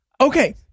Okay